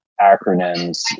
acronyms